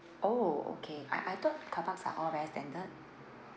oh okay I I thought carparks are all very standard